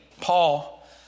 Paul